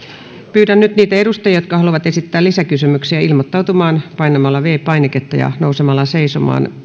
pyydän nyt niitä edustajia jotka haluavat esittää lisäkysymyksiä ilmoittautumaan painamalla viides painiketta ja nousemalla seisomaan